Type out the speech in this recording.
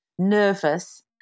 nervous